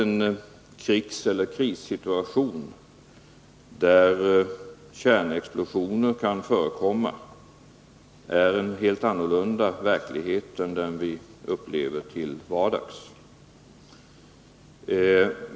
En krigseller krissituation där kärnexplosioner kan förekomma är givetvis en helt annorlunda verklighet än den vi upplever till vardags.